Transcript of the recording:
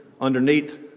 underneath